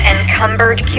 Encumbered